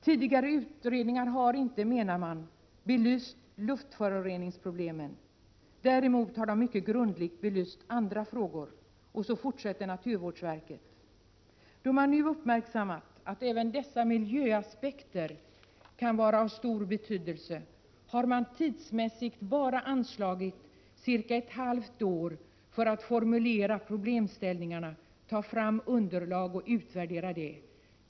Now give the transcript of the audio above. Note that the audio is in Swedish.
Tidigare utredningar har inte, menar man, belyst luftföroreningsproblemen. Däremot har de mycket grundligt belyst andra frågor. Och så fortsätter naturvårdsverket: ”Då man nu uppmärksammat att även 37 dessa miljöaspekter kan vara av stor betydelse har man tidsmässigt bara anslagit ca ett halvt år för att formulera problemställningarna, ta fram underlag och utvärdera det.